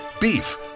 Beef